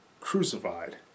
crucified